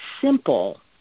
simple